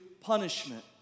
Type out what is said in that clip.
punishment